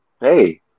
hey